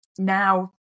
now